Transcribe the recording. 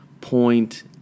point